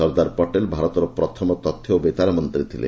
ସର୍ଦ୍ଦାର ପଟେଲ୍ ଭାରତର ପ୍ରଥମ ତଥ୍ୟ ଓ ବେତାର ମନ୍ତ୍ରୀ ଥିଲେ